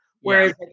Whereas